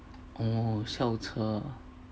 哦校车啊